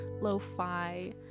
lo-fi